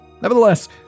Nevertheless